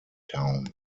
town